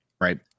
Right